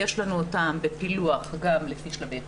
יש לנו אותם בפילוח גם לפי שלבי חינוך,